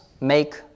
make